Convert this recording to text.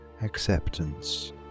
acceptance